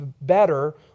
better